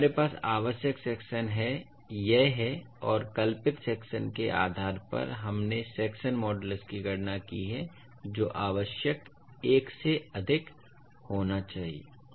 तो हमारे पास आवश्यक सेक्शन है यह है और कल्पित सेक्शन के आधार पर हमने सेक्शन मॉडूलस की गणना की है जो आवश्यक एक से अधिक होना चाहिए